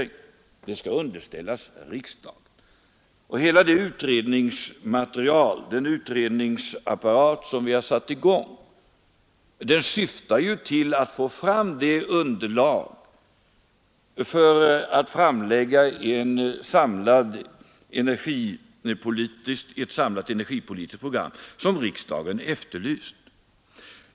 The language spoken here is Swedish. Det skall underställas riksdagen. Hela den utredningsapparat vi har satt i gång syftar till att ge ett utredningsmaterial, som kan bilda underlag för ett sådant samlat energipolitiskt program som riksdagen efterlyst.